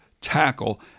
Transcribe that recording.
tackle